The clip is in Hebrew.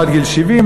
או עד גיל 70,